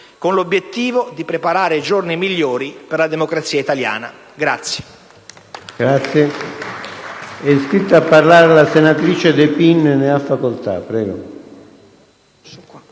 con l'obiettivo di preparare giorni migliori per la democrazia italiana.